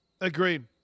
Agreed